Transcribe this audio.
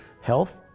health